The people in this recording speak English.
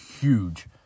huge